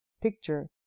picture